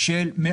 במרכז.